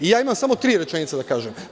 Imam samo tri rečenice da kažem.